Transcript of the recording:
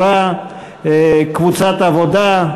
אילן גילאון,